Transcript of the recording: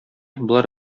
болар